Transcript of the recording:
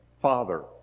father